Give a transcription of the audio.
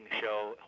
show